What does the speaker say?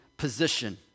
position